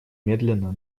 медленно